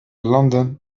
لندن